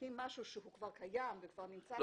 מחוקקים משהו שהוא כבר קיים וכבר נמצא.